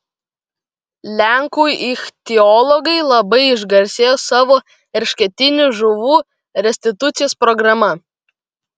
lenkų ichtiologai labai išgarsėjo savo eršketinių žuvų restitucijos programa